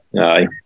aye